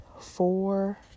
four